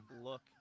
look